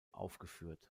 aufgeführt